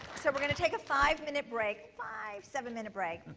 so we're going to take a five minute break, five, seven minute break.